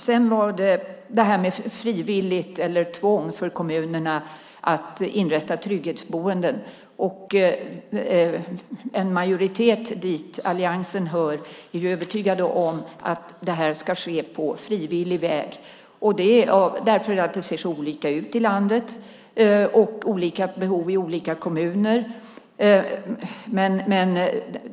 Ska det vara frivilligt eller ett tvång för kommunerna att inrätta trygghetsboenden? En majoritet - dit alliansen hör - är övertygad om att det här ska ske på frivillig väg, eftersom det ser så olika ut i landet med olika behov i olika kommuner.